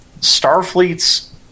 Starfleet's